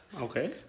Okay